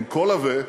עם קול עבה,